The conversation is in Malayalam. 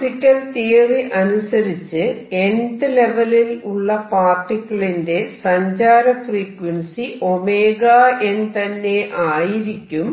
ക്ലാസിക്കൽ തിയറി അനുസരിച്ച് nth ലെവലിൽ ഉള്ള പാർട്ടിക്കിളിന്റെ സഞ്ചാര ഫ്രീക്വൻസി 𝞈n തന്നെ ആയിരിക്കും